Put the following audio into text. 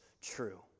true